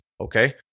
okay